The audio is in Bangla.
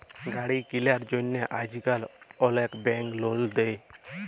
গাড়ি কিলার জ্যনহে আইজকাল অলেক ব্যাংক লল দেই